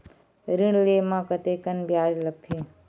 ऋण ले म कतेकन ब्याज लगथे?